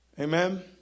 Amen